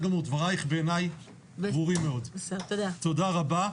תודה רבה.